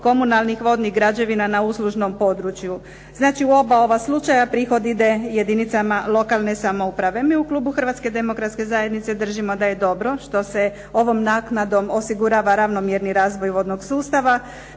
komunalnih vodnih građevina na uslužnom području. Znači u oba ova slučaja prihod ide jedinicama lokalne samouprave. Mi u klubu Hrvatske demokratske zajednice držimo da je dobro što se ovom naknadom osigurava ravnomjerni razvoj vodnog sustava,